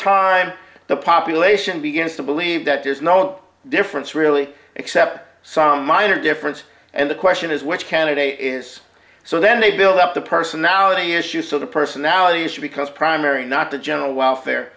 time the population begins to believe that there's no difference really except some minor difference and the question is which candidate is so then they build up the personality issue so the personality issue because primary not the general welfare